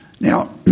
Now